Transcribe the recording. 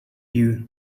you